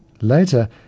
Later